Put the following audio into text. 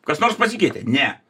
kas nors pasikeitė ne